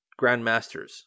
Grandmasters